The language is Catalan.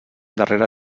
darrere